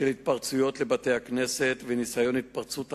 של התפרצויות לבתי-כנסת, וניסיון התפרצות אחד,